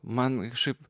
man ir šiaip